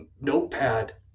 notepad